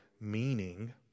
meaning